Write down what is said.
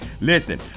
listen